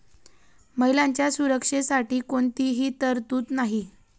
महिलांच्या सुरक्षेसाठी कोणतीही तरतूद नाही